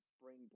Spring